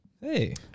Hey